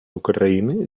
україни